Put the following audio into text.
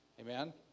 Amen